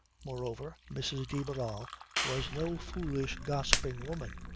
moreover mrs. de barral was no foolish gossiping woman.